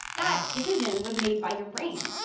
that decision was made by your brain.